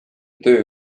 töö